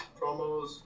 promos